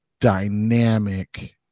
dynamic